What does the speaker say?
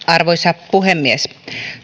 arvoisa puhemies